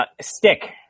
Stick